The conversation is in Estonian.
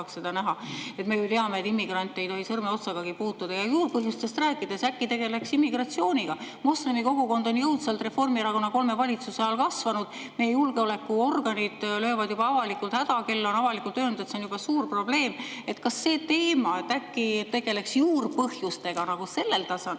Me ju teame, et immigrante ei tohi sõrmeotsagagi puutuda. Ja juurpõhjustest rääkides, äkki tegeleks immigratsiooniga! Moslemi kogukond on jõudsalt Reformierakonna kolme valitsuse all kasvanud. Meie julgeolekuorganid löövad juba avalikult hädakella ja on avalikult öelnud, et see on suur probleem. Äkki tegeleks juurpõhjustega sellel tasandil,